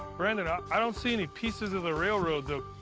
brandon, ah i don't see any pieces of the railroad, though.